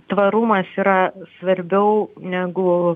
tvarumas yra svarbiau negu